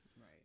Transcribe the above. Right